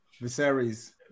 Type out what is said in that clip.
Viserys